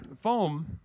foam